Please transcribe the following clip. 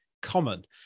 common